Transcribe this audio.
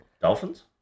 Dolphins